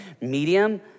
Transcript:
medium